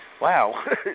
wow